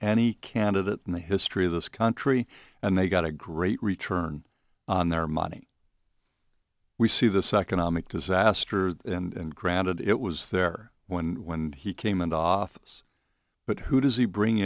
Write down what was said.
any candidate in the history of this country and they got a great return on their money we see this economic disaster and granted it was there when when he came into office but who does he bring